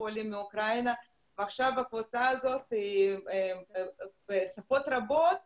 הצטרפו עולים מאוקראינה ועכשיו הקבוצה הזאת בשפות רבות